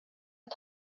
att